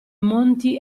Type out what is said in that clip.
monti